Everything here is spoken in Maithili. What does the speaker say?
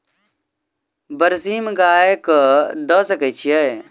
बरसीम गाय कऽ दऽ सकय छीयै?